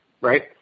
right